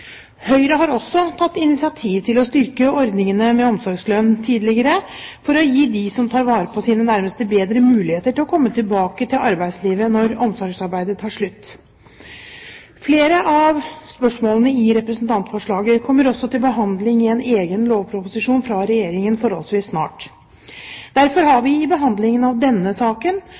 Høyre har også tatt initiativ til å styrke ordningene med omsorgslønn tidligere for å gi dem som tar vare på sine nærmeste, bedre muligheter til å komme tilbake til arbeidslivet når omsorgsarbeidet tar slutt. Flere av spørsmålene i representantforslaget kommer også til behandling i en egen lovproposisjon fra Regjeringen forholdsvis snart. Derfor har vi i behandlingen av denne saken